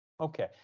okay